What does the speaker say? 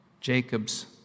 Jacob's